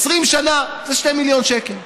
20 שנה זה 2 מיליון שקל.